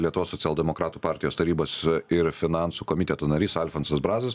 lietuvos socialdemokratų partijos tarybos ir finansų komiteto narys alfonsas brazas